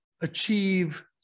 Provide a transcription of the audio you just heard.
achieve